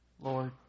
Lord